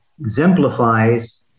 exemplifies